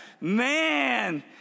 Man